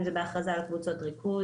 ואם זה בהכרזה על קבוצות ריכוז.